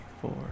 four